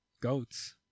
Goats